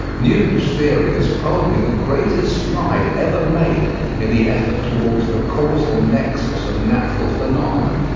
newton's theory is probably the greatest stride ever made in the effort towards the causal nexus of natural phenomena.